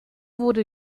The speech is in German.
wurde